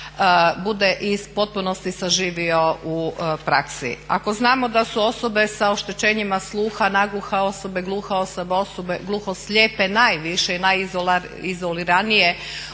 bude i iz potpunosti saživio u praksi. Ako znamo da su osobe sa oštećenjima sluha nagluhe osobe, gluhe osobe, gluhoslijepe najviše i naizoliranije